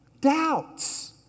Doubts